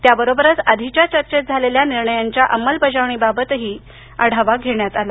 त्याबरोबरच आधीच्या चर्चेत झालेल्या निर्णयांच्या अंमलबजावणीबाबत आढावाही घेण्यात आला